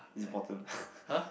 it's important